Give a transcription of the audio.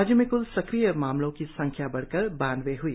राज्य में क्ल संक्रिय मामलों की संख्या बढ़कर बानबे हई